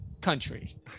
country